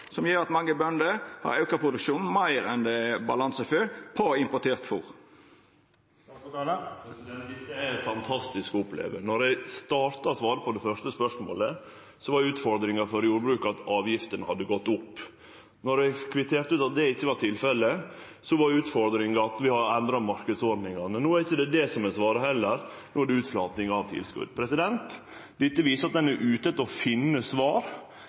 som gjer at mange bønder har auka produksjonen meir enn det er balanse for, på importert fôr. Dette er fantastisk å oppleve. Då eg starta med å svare på det første spørsmålet, var utfordringa for jordbruket at avgiftene hadde gått opp. Då eg kvitterte ut at det ikkje var tilfellet, var utfordringa at vi har endra marknadsordningane. No er det ikkje det som er svaret heller; no er det utflating av tilskot. Dette viser at ein er ute etter å finne svar